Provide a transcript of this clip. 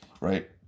right